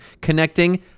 connecting